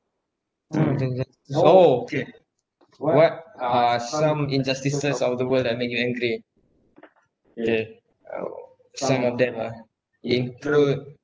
so okay what are some injustices of the world that make you angry K uh some of them ah include